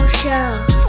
show